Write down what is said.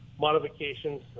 modifications